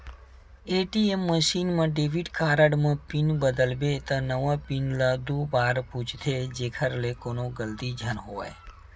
ATM machine म debit card म pin बदलबे त नवा पिन ल दू बार पूछथे जेखर ले कोनो गलती झन होवय